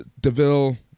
DeVille